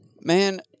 Man